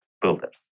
builders